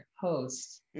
host